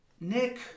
Nick